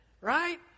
right